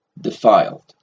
defiled